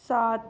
सात